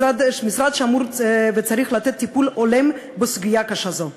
משרד שאמור וצריך לתת טיפול הולם בסוגיה קשה זו.